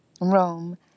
Rome